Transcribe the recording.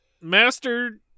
mastered